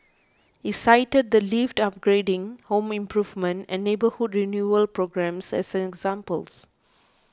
he cited the lift upgrading home improvement and neighbourhood renewal programmes as examples